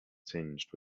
tinged